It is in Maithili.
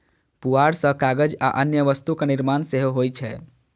पुआर सं कागज आ अन्य वस्तुक निर्माण सेहो होइ छै